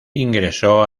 ingresó